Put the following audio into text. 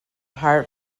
heart